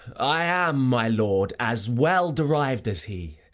i am, my lord, as well deriv'd as he,